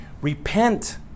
Repent